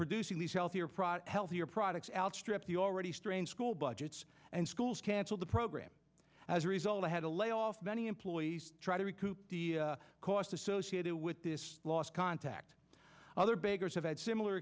producing these healthier healthier products outstripped the already strained school budgets and schools canceled the program as a result i had to lay off many employees try to recoup the cost associated with this lost contact other bakers have had similar